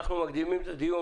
אנחנו מקדימים את הדיון.